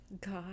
God